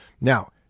Now